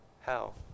hell